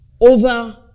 over